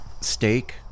steak